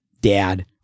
dad